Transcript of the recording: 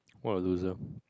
what a loser